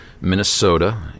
Minnesota